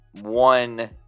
one